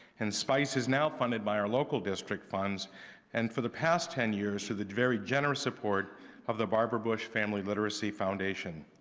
and spice is now funded by our local district funds and for the past ten years, through the very generous support of the barbara bush family literacy foundation.